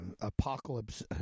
apocalypse